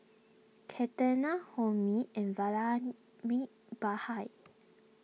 Ketna Homi and Vallabhbhai